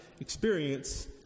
experience